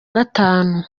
gatanu